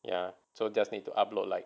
ya so just need to upload like